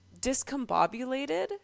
discombobulated